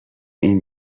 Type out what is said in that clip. این